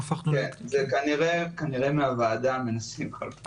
כנראה מהוועדה מנסים כל פעם.